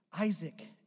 Isaac